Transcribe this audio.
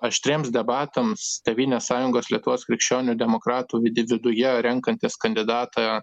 aštriems debatams tėvynės sąjungos lietuvos krikščionių demokratų viduje renkantis kandidatą